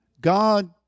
God